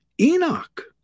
Enoch